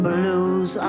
Blues